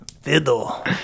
Fiddle